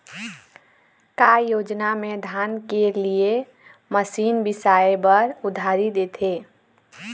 का योजना मे धान के लिए मशीन बिसाए बर उधारी देथे?